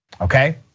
Okay